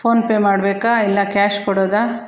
PhonePe ಮಾಡಬೇಕಾ ಇಲ್ಲ cash ಕೊಡೋದಾ